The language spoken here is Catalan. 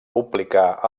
publicar